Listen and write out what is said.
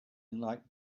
like